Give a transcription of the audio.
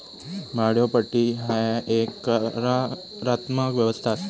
भाड्योपट्टी ह्या एक करारात्मक व्यवस्था असा